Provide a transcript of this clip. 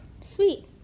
Sweet